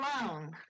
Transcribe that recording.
alone